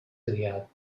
triat